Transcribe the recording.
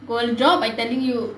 gold job I telling you